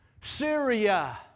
Syria